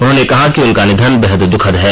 उन्होंने कहा कि उनका निधन बेहद दुखद है